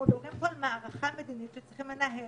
אנחנו מדברים פה על מערכה מדינית שצריכים לנהל,